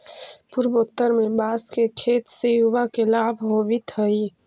पूर्वोत्तर में बाँस के खेत से युवा के लाभ होवित हइ